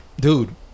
Dude